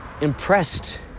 Impressed